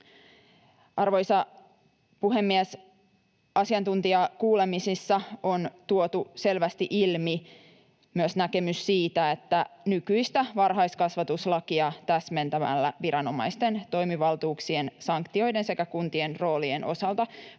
Arvoisa puhemies! Asiantuntijakuulemisissa on tuotu selvästi ilmi myös näkemys siitä, että nykyistä varhaiskasvatuslakia täsmentämällä viranomaisten toimivaltuuksien, sanktioiden sekä kuntien roolien osalta voitaisiin